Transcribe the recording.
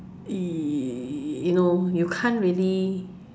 you know you can't really